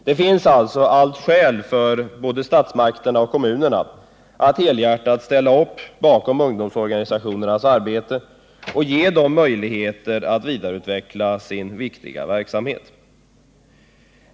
Det finns alltså allt skäl för både statsmakterna och kommunerna att helhjärtat ställa sig bakom ungdomsorganisationernas arbete och ge dem möjligheter att vidareutveckla sin viktiga verksamhet.